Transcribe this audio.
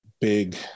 big –